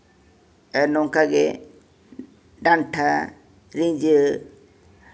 ᱟᱨ ᱱᱚᱝᱠᱟᱜᱮ ᱰᱟᱱᱴᱟ ᱨᱤᱡᱷᱟᱹ